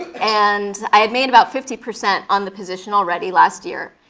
and i had made about fifty percent on the position already last year,